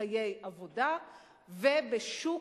לחיי עבודה ובשוק